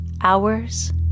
Hours